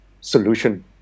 solution